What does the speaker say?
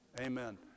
Amen